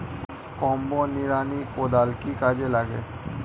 Combo নিড়ানি কোদাল কি কাজে লাগে?